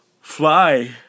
fly